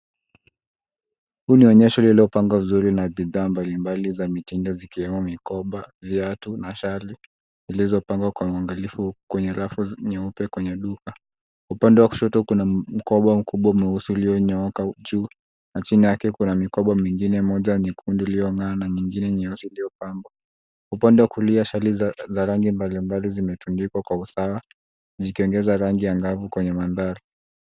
Huu ni onyesho lililopangwa vizuri na bidhaa mbalimbali za mitindo mbalimbali zikiwemo mikoba, viatu na shali zilizopangwa kwa uangalifu kwenye rafu nyeupe kwenye duka. Upande wa kushoto kuna mkoba mkubwa mweusi ulionyooka juu. Na chini yake kuna mikoba mingine, moja nyekundu iliyong'aa na nyingine nyeusi iliyopangwa. Upande wa kulia shali za rangi mbalimbali zimetundikwa kwa usawa, zikiongeza rangi angavu kwenye mandhari.